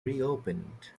reopened